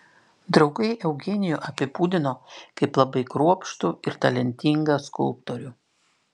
draugai eugenijų apibūdino kaip labai kruopštų ir talentingą skulptorių